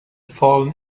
fallen